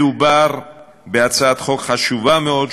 מדובר בהצעת חוק חשובה מאוד,